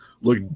look